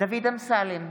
דוד אמסלם,